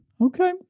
Okay